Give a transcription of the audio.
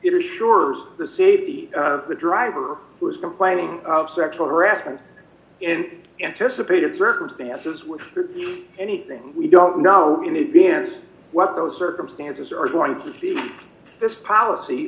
is sure the safety of the driver who is complaining of sexual harassment in anticipated circumstances anything we don't know in advance what those circumstances are going to be this policy